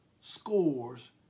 scores